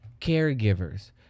caregivers